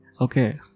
Okay